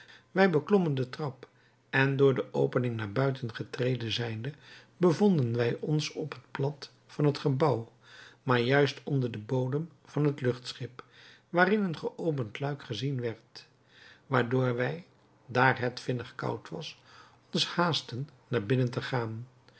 wij beklommen den trap en door de opening naar buiten getreden zijnde bevonden wij ons op het plat van het gebouw maar juist onder den bodem van het luchtschip waarin een geopend luik gezien werd waardoor wij daar het vinnig koud was ons haastten naar binnen te gaan